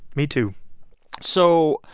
me too so